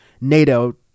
nato